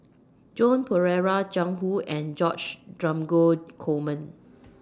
Joan Pereira Jiang Hu and George Dromgold Coleman